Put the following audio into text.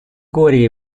горе